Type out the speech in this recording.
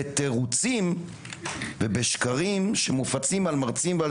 בתירוצים ובשקרים שמופצים על מרצים ועל